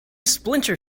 splinter